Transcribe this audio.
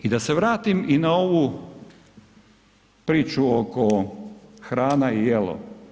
I da se vratim i na ovu priču oko hrana i jelo.